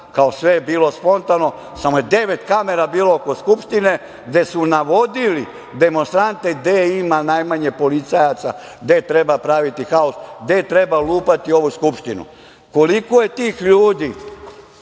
Kao sve je bilo spontano, samo je devet kamera bilo oko Skupštine, gde su navodili demonstrante gde ima najmanje policajaca, gde treba praviti haos, gde treba lupati ovu Skupštinu. Koliko je tih ljudi